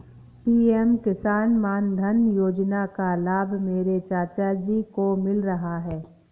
PM किसान मानधन योजना का लाभ मेरे चाचा जी को मिल रहा है